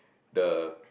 the